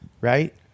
right